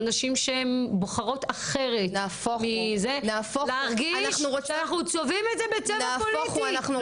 נשים שהן בוחרות אחרת - להרגיש שאנחנו צובעים את זה בצבע פוליטי.